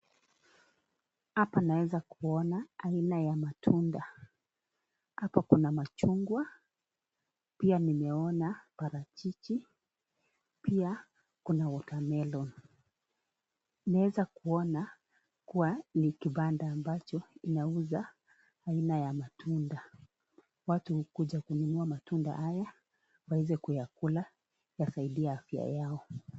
Hapa naweza kuona aina ya matunda. Hapa kuna machungwa. Pia nimeona parachichi, pia kuna watermelon . Naweza kuona kuwa ni kibanda ambacho kinauza aina ya matunda. Watu huja kununua matunda haya waweze kuyakula yasaidie afya yao.